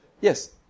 Yes